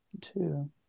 two